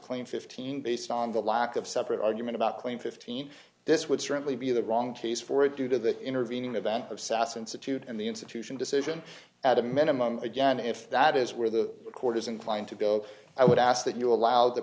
claim fifteen based on the lack of separate argument about claim fifteen this would certainly be the wrong case for it due to the intervening event of sas institute and the institution decision at a minimum again if that is where the record is inclined to go i would ask that you allow the